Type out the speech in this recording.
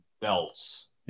belts